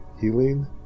Healing